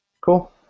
Cool